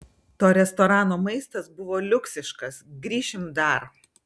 to restorano maistas buvo liuksiškas grįšim dar